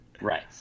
right